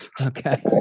Okay